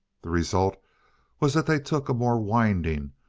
the result was that they took a more winding,